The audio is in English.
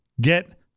get